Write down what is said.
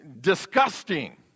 disgusting